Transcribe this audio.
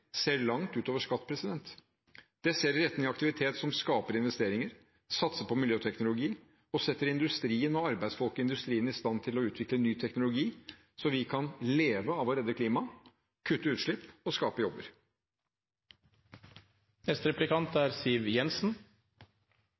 langt utover skatt. De går i retning av aktivitet som skaper investeringer, satser på miljøteknologi og setter industrien og arbeidsfolk i industrien i stand til å utvikle ny teknologi så vi kan leve av å redde klimaet, kutte utslipp og skape jobber. Det er